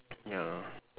ya